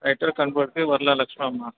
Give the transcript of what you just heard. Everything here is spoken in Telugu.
రైటర్ కనుపర్తి వరలక్ష్మమ్మ